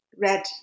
Red